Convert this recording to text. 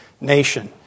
nation